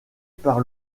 par